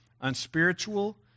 unspiritual